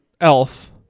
Elf